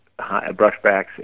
brushbacks